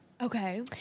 okay